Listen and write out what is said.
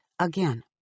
again